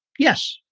yes,